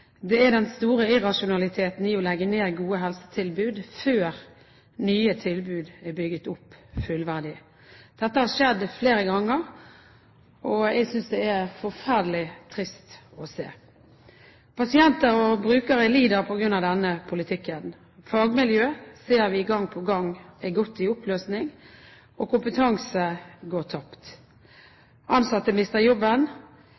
er den store irrasjonaliteten i å legge ned gode helsetilbud før nye tilbud er bygget opp fullverdig. Dette har skjedd flere ganger, og jeg synes dette er forferdelig trist å se. Pasienter og brukere lider på grunn av denne politikken. Vi ser gang på gang at fagmiljøer går i oppløsning, og at kompetanse går tapt. Ansatte mister jobben,